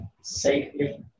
safely